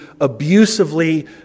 abusively